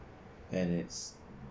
and it's